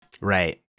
Right